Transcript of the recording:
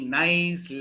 nice